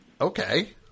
Okay